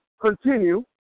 Continue